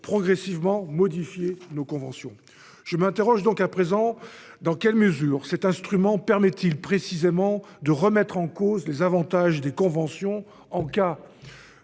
progressivement modifier nos conventions. Dans quelle mesure cet instrument permet-il précisément de remettre en cause les avantages des conventions en cas